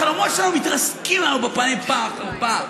החלומות שלנו מתרסקים לנו בפנים פעם אחר פעם,